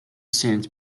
saint